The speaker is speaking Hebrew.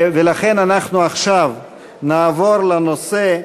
ולכן אנחנו עכשיו נעבור לנושא: